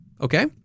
Okay